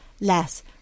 less